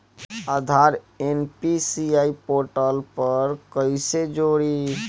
आधार NPCI portal पर कईसे जोड़ी?